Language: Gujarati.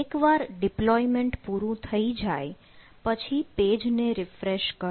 એકવાર ડિપ્લોયમેન્ટ પૂરું થઈ જાય પછી પેજ ને રિફ્રેશ કરો